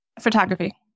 Photography